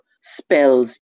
spells